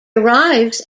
arrives